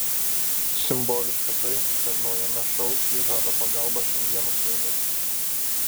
simboliška tai kad naujame šou ji žada pagalbą šiandienos jaunimui